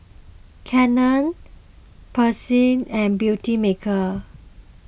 Canon Persil and Beautymaker